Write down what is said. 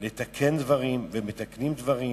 לתקן דברים, ומתקנים דברים.